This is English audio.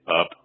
up